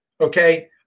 Okay